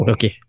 Okay